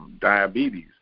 diabetes